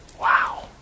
wow